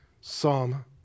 Psalm